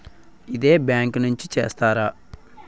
ఇదే బ్యాంక్ నుంచి చేస్తారా?